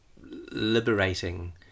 liberating